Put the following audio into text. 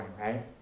right